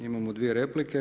Imamo dvije replike.